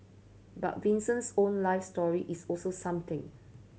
but Vincent's own life story is also something